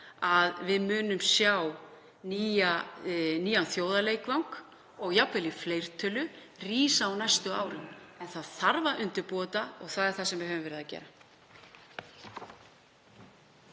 að við munum sjá nýjan þjóðarleikvang, jafnvel í fleirtölu, rísa á næstu árum. En það þarf að undirbúa þetta og það höfum við verið að gera.